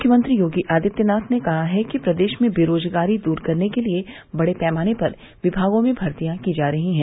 मुख्यमंत्री योगी आदित्यनाथ ने कहा है कि प्रदेश में बेरोजगारी दूर करने के लिए बड़े पैमाने पर विभागों में भर्तियॉ की जा रही हैं